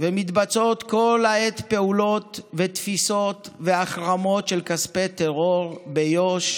ומתבצעות כל העת פעולות ותפיסות והחרמות של כספי טרור ביו"ש,